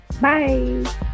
Bye